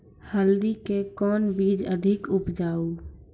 हल्दी के कौन बीज अधिक उपजाऊ?